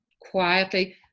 quietly